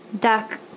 duck